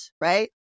right